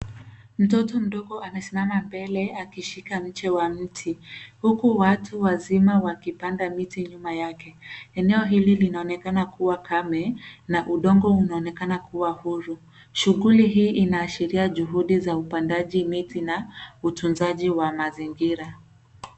Mtoto mdogo anasimama mbele akishika mche wa mti huku watu wazima wakipanda miti nyuma yake eneo hili linaonekana kua kame na udongo unaonekana kua huru shughuli hii inaashiria juhudi za upandaji miti na utunzaji wa mazingira.